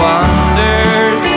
Wonders